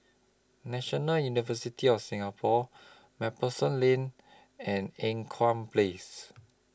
National University of Singapore MacPherson Lane and Ean Kiam Place